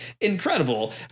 incredible